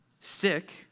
sick